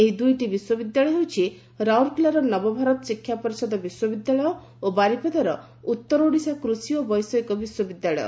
ଏହି ଦୂଇଟି ବିଶ୍ୱବିଦ୍ୟାଳୟ ହେଉଛି ରାଉରକେଲାର ନବଭାରତ ଶିକ୍ଷା ପରିଷଦ ବିଶ୍ୱବିଦ୍ୟାଳୟ ଓ ବାରିପଦାର ଉଉର ଓଡ଼ିଶା କୃଷି ଓ ବୈଷୟିକ ବିଶ୍ୱବିଦ୍ୟାଳୟ